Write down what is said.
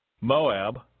Moab